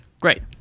Great